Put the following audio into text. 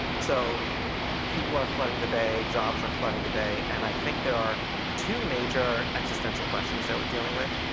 so people are flooding the bay. jobs are flooding the bay. and i think there are two major existential questions that we're dealing with.